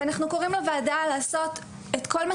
אנחנו קוראים לוועדה לעשות את כל מה